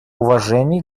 уважении